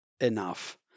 enough